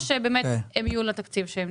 או שבאמת הם יהיו לתקציב שהם נועדו?